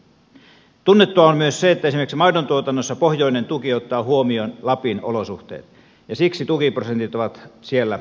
tunnettua on myös se että esimerkiksi maidontuotannossa pohjoinen tuki ottaa huomioon lapin olosuhteet ja siksi tukiprosentit ovat siellä paljon korkeammat